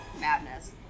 madness